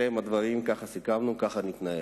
אלה הם הדברים, ככה סיכמנו, ככה נתנהל,